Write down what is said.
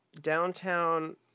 downtown